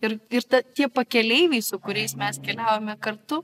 ir ir tie pakeleiviai su kuriais mes keliavome kartu